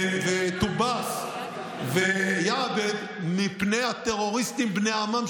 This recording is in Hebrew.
טובאס ויעבד מפני הטרוריסטים בני עמם,